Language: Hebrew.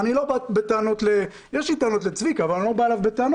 ואני לא בא בטענות יש לי טענות לצביקה אבל אני לא בא אליו בטענות.